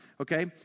Okay